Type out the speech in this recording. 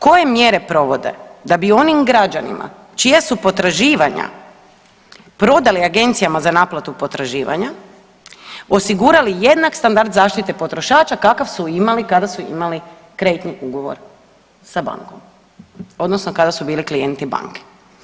Koje mjere provode da bi onim građanima čija su potraživanja prodali agencijama za naplatu potraživanja osigurali jednak standard zaštite potrošača kakav su imali kada su imali kreditni ugovor sa bankom odnosno kada su bili klijenti banke?